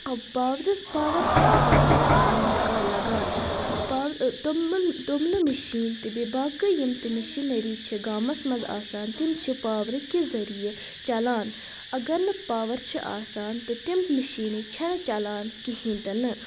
پاورٕ پاور چھ اَسہِ واریاہن کامٮ۪ن بکار لگان توٚمُل توملہٕ مِشیٖن تہٕ باقےٕ یِمہٕ تہِ مِشینٔری چھ گامس منٛز آسان تِم چھ پاورٕکہِ ذٔریعہِ چلان اگر نہٕ پاور چھ آسان تہٕ تِم مشیٖنہٕ چھنہٕ چلان کہیٖنۍ تہِ نہٕ